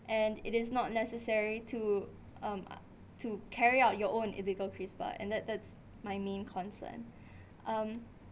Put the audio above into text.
and it is not necessary to um to carry out your own illegal CRISPR and that that's my main concern um